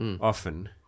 often